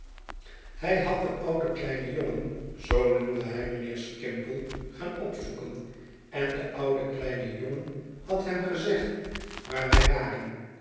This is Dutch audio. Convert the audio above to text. hij had den ouden kleinen jongen zoo noemde hij mijnheer skimpole gaan opzoeken en de oude kleine jongen had hem gezegd waar wij waren